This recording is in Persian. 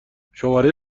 شماره